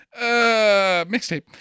Mixtape